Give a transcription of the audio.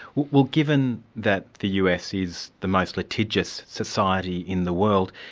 well given that the us is the most litigious society in the world,